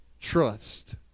trust